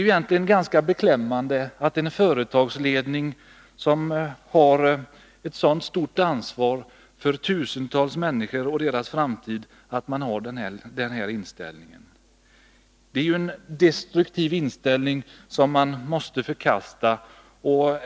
Det är beklämmande att en företagsledning, som har så stort ansvar för tusentals människor och deras framtid, har den inställningen. Det är en destruktiv inställning som måste förkastas.